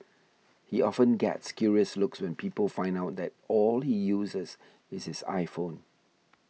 he often gets curious looks when people find out that all he uses is his iPhone